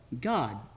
God